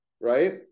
right